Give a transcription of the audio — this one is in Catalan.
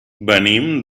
venim